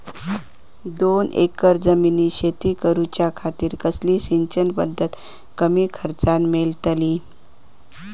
दोन एकर जमिनीत शेती करूच्या खातीर कसली सिंचन पध्दत कमी खर्चात मेलतली?